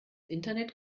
internet